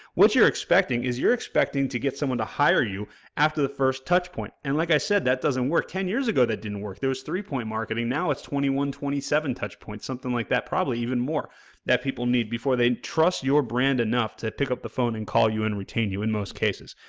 what you're expecting is you're expecting to get someone to hire you after the first touch point and like i said that doesn't work, ten years ago that didn't work, there was three-point marketing, now, it's twenty one, twenty seven touch point, something like that, probably even more that people need before they entrust your brand enough to pick up the phone and call you and retain you in most cases.